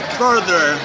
further